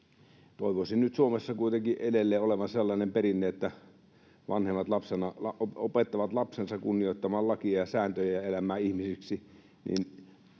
Toivoisin nyt Suomessa kuitenkin edelleen olevan sellainen perinne, että vanhemmat opettavat lapsensa kunnioittamaan lakia ja sääntöjä ja elämään ihmisiksi.